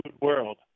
world